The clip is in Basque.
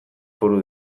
foru